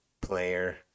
player